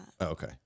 Okay